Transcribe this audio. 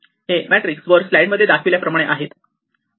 हे मॅट्रिक्स वर स्लाइड मध्ये दाखविल्याप्रमाणे आहेत